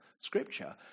Scripture